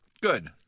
Good